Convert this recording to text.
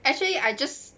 actually I just